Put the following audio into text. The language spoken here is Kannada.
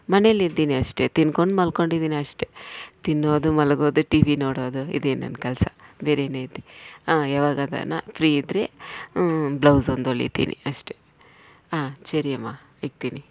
ಮನೆಲ್ಲಿ ಇದ್ದೀನಿ ಅಷ್ಟೆ ತಿಂದ್ಕೊಂಡು ಮಲ್ಕೊಂಡಿದ್ದೀನಿ ಅಷ್ಟೆ ತಿನ್ನೋದು ಮಲಗೋದು ಟಿ ವಿ ನೋಡೋದು ಇದೇ ನನ್ನ ಕೆಲಸ ಬೇರೆ ಏನೈತಿ ಹಾಂ ಯಾವಾಗಾದ್ರೆ ನಾ ಫ್ರೀ ಇದ್ರಿ ಹ್ಞೂ ಬ್ಲೌಝ್ ಒಂದು ಹೊಲಿತೀನಿ ಅಷ್ಟೆ ಹಾಂ ಸರಿ ಅಮ್ಮ ಇಕ್ತೀನಿ